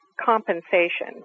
compensation